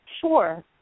Sure